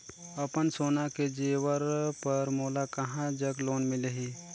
अपन सोना के जेवर पर मोला कहां जग लोन मिलही?